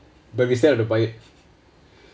but we still have to buy it